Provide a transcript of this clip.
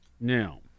Now